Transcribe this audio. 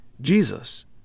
Jesus